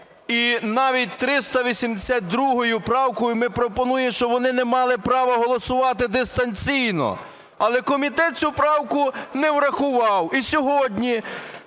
і навіть 382 правкою ми пропонуємо, щоб вони не мали право голосувати дистанційно. Але комітет цю правку не врахував. І сьогодні,